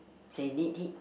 they need it